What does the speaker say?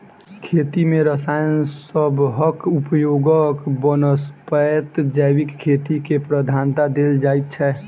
खेती मे रसायन सबहक उपयोगक बनस्पैत जैविक खेती केँ प्रधानता देल जाइ छै